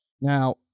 Now